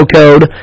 code